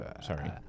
Sorry